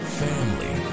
family